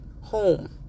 home